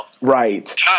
Right